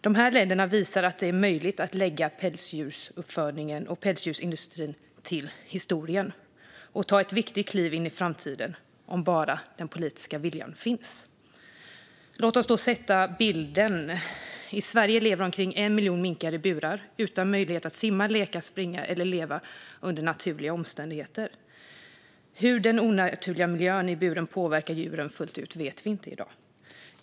Dessa länder visar att det är möjligt att lägga pälsdjursindustrin till historien och ta ett viktigt kliv in i framtiden - om bara den politiska viljan finns. Låt oss då sätta bilden. I Sverige lever omkring 1 miljon minkar i burar utan möjlighet att simma, leka, springa eller leva under naturliga omständigheter. Hur den onaturliga miljön i buren påverkar djuren fullt ut vet vi inte i dag.